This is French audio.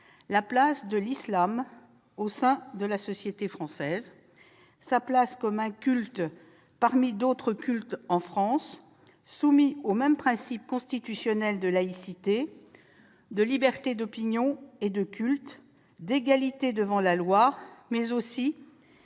la place de l'islam au sein de la société française, sa place comme culte parmi d'autres cultes en France, soumis aux mêmes principes constitutionnels de laïcité, de liberté d'opinion et de culte, d'égalité devant la loi, mais aussi